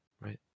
right